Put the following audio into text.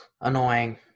annoying